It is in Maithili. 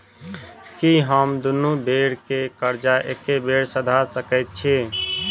की हम दुनू बेर केँ कर्जा एके बेर सधा सकैत छी?